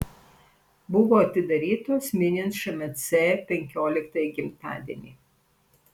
buvo atidarytos minint šmc penkioliktąjį gimtadienį